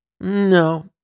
No